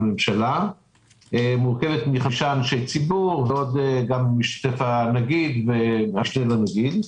והיא מורכבת מחמישה אנשי ציבור ובשיתוף הנגיד והמשנה לנגיד.